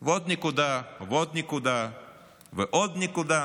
נקודה ועוד נקודה ועוד נקודה ועוד נקודה.